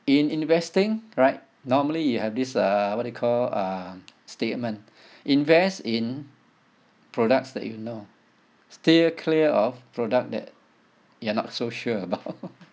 in investing right normally you have this uh what you call uh statement invest in products that you know steer clear of product that you're not so sure about